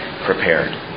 prepared